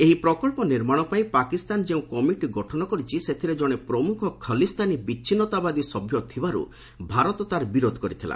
ଏହି ପ୍ରକଳ୍ପ ନିର୍ମାଣ ପାଇଁ ପାକିସ୍ତାନ ଯେଉଁ କମିଟି ଗଠନ କରିଛି ସେଥିରେ ଜଣେ ପ୍ରମୁଖ ଖଲିସ୍ଥାନୀ ବିଚ୍ଛିନ୍ନତାବାଦୀ ସଭ୍ୟ ଥିବାରୁ ଭାରତ ତା'ର ବିରୋଧ କରିଥିଲା